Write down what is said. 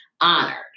honored